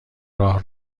راه